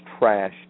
trashed